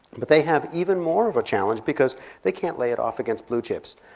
but they have even more of a challenge because they can't lay it off against blue chips.